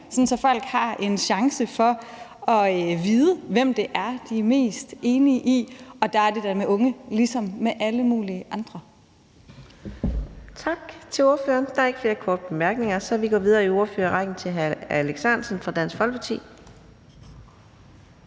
så folk har en chance for at vide, hvem det er, de er mest enig med, og der er det da med unge ligesom med alle mulige andre.